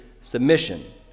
submission